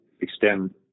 extend